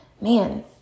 man